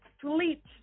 sleep